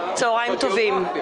טובים,